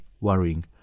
worrying